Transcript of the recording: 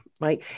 right